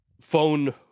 phone